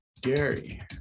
Gary